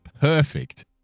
Perfect